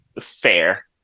Fair